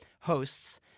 hosts